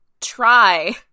try